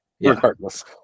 regardless